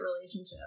relationship